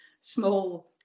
small